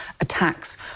attacks